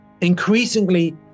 increasingly